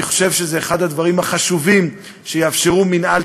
אני חושב שזה אחד הדברים החשובים שיאפשרו מינהל